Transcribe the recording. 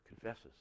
confesses